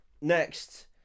next